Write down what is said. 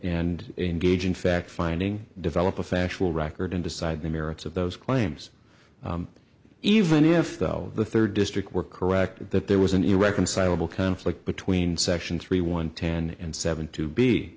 and engage in fact finding develop a factual record and decide the merits of those claims even if though the third district were correct that there was an irreconcilable conflict between section three one ten and seven to be